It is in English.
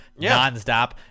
nonstop